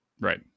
Right